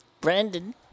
Brandon